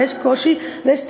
ויש קושי ויש תירוץ,